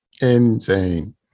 Insane